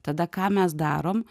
tada ką mes darom